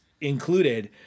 included